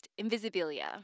Invisibilia